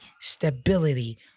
stability